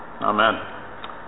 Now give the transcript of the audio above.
Amen